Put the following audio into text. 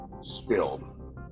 spilled